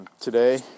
Today